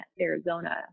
Arizona